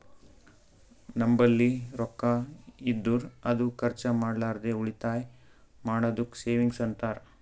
ನಂಬಲ್ಲಿ ರೊಕ್ಕಾ ಇದ್ದುರ್ ಅದು ಖರ್ಚ ಮಾಡ್ಲಾರ್ದೆ ಉಳಿತಾಯ್ ಮಾಡದ್ದುಕ್ ಸೇವಿಂಗ್ಸ್ ಅಂತಾರ